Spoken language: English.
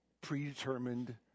predetermined